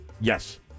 Yes